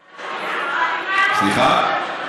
סליחה?